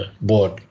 Board